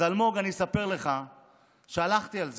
אז אלמוג, אני אספר לך שהלכתי על זה,